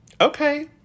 Okay